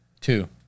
two